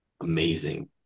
amazing